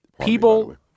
people